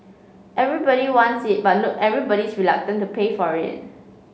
everybody wants it but no everybody's reluctant to pay for it